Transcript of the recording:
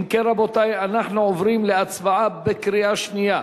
אם כן, רבותי, אנחנו עוברים להצבעה בקריאה שנייה,